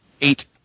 eight